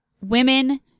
women